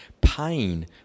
pain